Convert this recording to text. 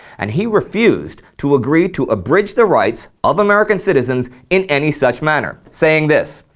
and he refused to agree to abridge the rights of american citizens in any such manner, saying this,